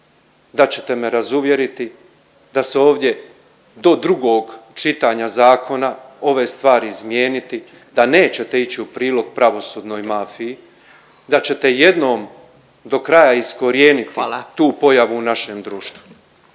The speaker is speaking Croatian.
da ćete me razuvjeriti da se ovdje do drugog čitanja zakona ove stvari izmijeniti, da nećete ići u prilog pravosudnoj mafiji i da ćete jednom do kraja iskorijeniti … …/Upadica Furio